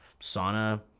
sauna